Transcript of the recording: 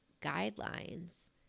guidelines